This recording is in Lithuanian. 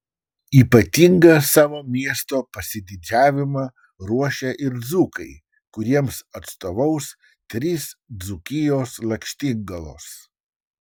ypatingą savo miesto pasididžiavimą ruošia ir dzūkai kuriems atstovaus trys dzūkijos lakštingalos